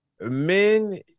men